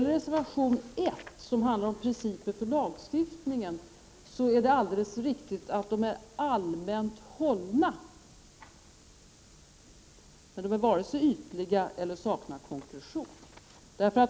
Reservation 2 handlar om principer för lagstiftningen, och det är alldeles riktigt att förslagen där är allmänt hållna, men de är inte ytliga och saknar inte konkretion.